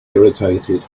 irritated